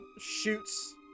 shoots